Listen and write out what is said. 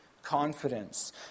Confidence